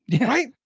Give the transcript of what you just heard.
right